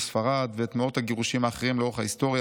ספרד ואת מאות הגירושים האחרים לאורך ההיסטוריה.